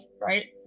right